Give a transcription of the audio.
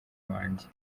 wanjye